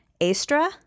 Astra